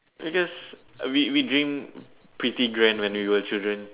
because we we dream pretty grand when we were children